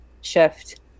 shift